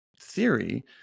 theory